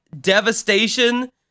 devastation